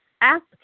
Ask